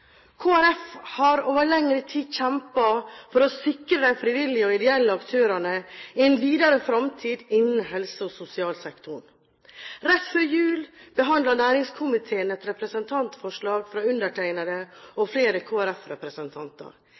har over lengre tid kjempet for å sikre de frivillige og ideelle aktørene en videre fremtid innen helse- og sosialsektoren. Rett før jul behandlet næringskomiteen et representantforslag fra undertegnede og flere